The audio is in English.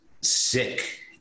sick